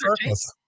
circus